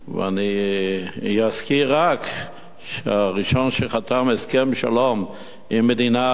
ואני אזכיר רק שהראשון שחתם הסכם שלום עם מדינה ערבית,